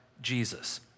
Jesus